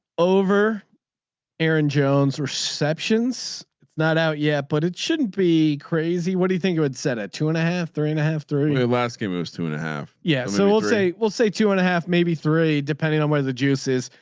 over aaron jones receptions. it's not out yet but it shouldn't be crazy what do you think you would set at two and a half three and a half three. the last game was two and a half. yeah. so we'll say we'll say two and a half maybe three depending on where the juice is.